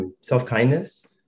self-kindness